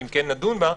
ואם כן, נדון בה.